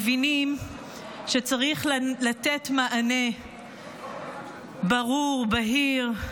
מבין שצריך לתת מענה ברור, בהיר,